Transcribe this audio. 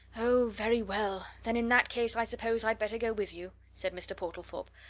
oh, very well then in that case i suppose i'd better go with you, said mr. portlethorpe.